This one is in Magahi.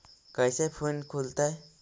कैसे फिन खुल तय?